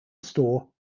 store